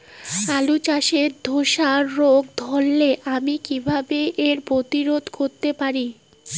আলু চাষে ধসা রোগ ধরলে আমি কীভাবে এর প্রতিরোধ করতে পারি?